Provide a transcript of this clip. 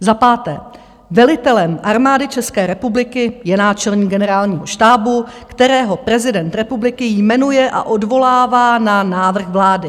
Za páté: Velitelem Armády České republiky je náčelník Generálního štábu, kterého prezident republiky jmenuje a odvolává na návrh vlády.